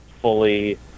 fully